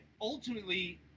ultimately